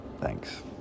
thanks